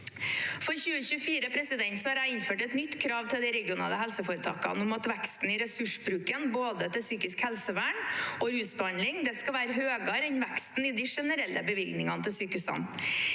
For 2024 har jeg innført et nytt krav til de regionale helseforetakene om at veksten i ressursbruken både til psykisk helsevern og til rusbehandling skal være høyere enn veksten i de generelle bevilgningene til sykehusene.